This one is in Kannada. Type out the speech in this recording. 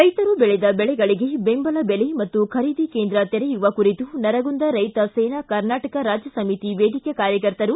ರೈತರು ಬೆಳೆದ ಬೆಳೆಗಳಗೆ ಬೆಂಬಲ ಬೆಲೆ ಮತ್ತು ಖರೀದಿ ಕೇಂದ್ರ ತೆರೆಯುವ ಕುರಿತು ನರಗುಂದ ರೈತ ಸೇನಾ ಕರ್ನಾಟಕ ರಾಜ್ಯ ಸಮಿತಿ ವೇದಿಕೆ ಕಾರ್ಯಕರ್ತರು